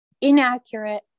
inaccurate